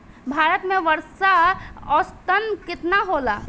भारत में वर्षा औसतन केतना होला?